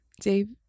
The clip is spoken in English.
Dave